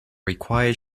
require